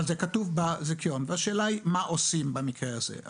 זה כתוב בזיכיון, והשאלה היא מה עושים במקרה הזה?